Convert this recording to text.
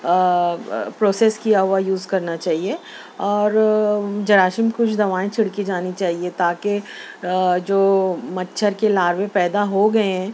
process کیا ہوا use کرنا چاہیے اور جراثیم کی کچھ دوائیں چھڑکی جانی چاہیے تاکہ جو مچھر کے لاروے پیدا ہو گیے ہیں